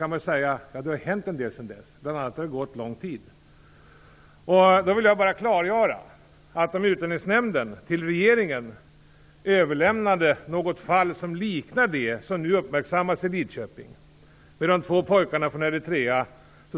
Man kan ju säga att det har hänt en del sedan dess, bl.a. har det gått lång tid. Jag vill bara klargöra att om Utlänningsnämnden till regeringen överlämnade något fall som liknar det som nu uppmärksammas i Lidköping, med de två pojkarna från Eritrea,